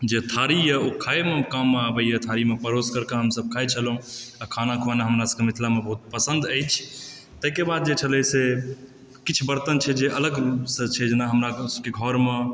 जे थारी यऽ ओ खाएमे काममे आबैए थारीमे परोसि करिके हमसब खाए छलहुँ आ खाना खुएनाइ हमरा सबके मिथिलामे बहुत पसंद अछि ताहिके बाद जे छलए से किछु बर्तन छै जे अलगसँ छै जेना हमरा सबके घरमे